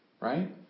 right